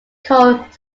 called